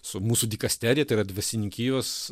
su mūsų dikasterija tai yra dvasininkijos